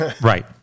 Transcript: Right